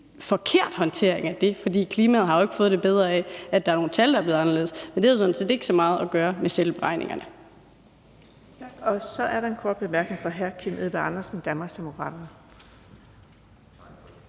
forkert håndtering af det, for klimaet har jo ikke fået det bedre af, at der er nogle tal, der er blevet anderledes, men det har jo sådan set ikke så meget at gøre med selve beregningerne. Kl. 15:52 Den fg. formand (Birgitte Vind): Tak. Så er der en kort bemærkning fra hr. Kim Edberg Andersen, Danmarksdemokraterne.